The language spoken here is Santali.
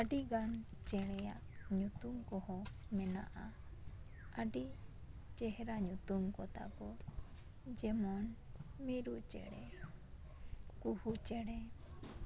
ᱟᱹᱰᱤ ᱜᱟᱱ ᱪᱮᱬᱮᱭᱟᱜ ᱧᱩᱛᱩᱢ ᱠᱚᱦᱚᱸ ᱢᱮᱱᱟᱜᱼᱟ ᱟᱹᱰᱤ ᱪᱮᱦᱮᱨᱟ ᱧᱩᱛᱩᱢ ᱠᱚᱛᱟ ᱠᱚ ᱡᱮᱢᱚᱱ ᱢᱤᱨᱩ ᱪᱮᱬᱮ ᱠᱩᱦᱩ ᱪᱮᱬᱮ